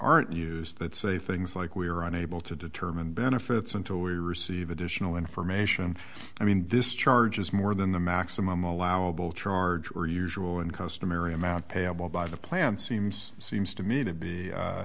aren't used that say things like we are unable to determine benefits until we receive additional information i mean this charge is more than the maximum allowable charge or usual and customary amount payable by the plan seems seems to me to